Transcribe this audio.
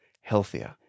healthier